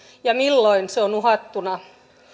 ja milloin se on uhattuna